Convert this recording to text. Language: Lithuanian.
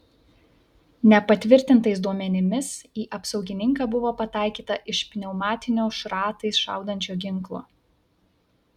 nepatvirtintais duomenimis į apsaugininką buvo pataikyta iš pneumatinio šratais šaudančio ginklo